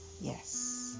yes